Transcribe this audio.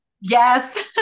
Yes